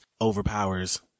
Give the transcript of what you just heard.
overpowers